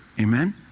Amen